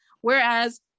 whereas